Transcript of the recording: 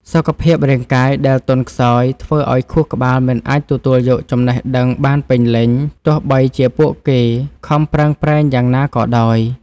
សុខភាពរាងកាយដែលទន់ខ្សោយ ធ្វើឱ្យខួរក្បាលមិនអាចទទួលយកចំណេះដឹងបានពេញលេញ ទោះបីជាពួកគេខំប្រឹងប្រែងយ៉ាងណាក៏ដោយ។